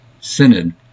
synod